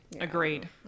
Agreed